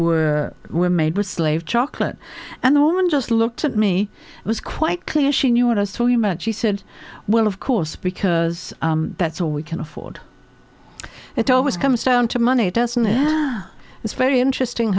were we're made with slave chocolate and the woman just looked at me it was quite clear she knew what a story meant she said well of course because that's all we can afford it always comes down to money doesn't it it's very interesting